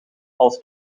als